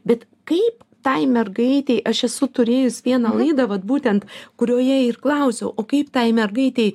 bet kaip tai mergaitei aš esu turėjus vieną laidą vat būtent kurioje ir klausiau o kaip tai mergaitei